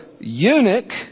eunuch